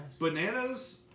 Bananas